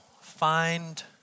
find